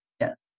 Yes